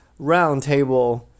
roundtable